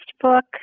book